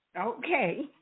Okay